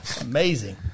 Amazing